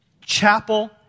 chapel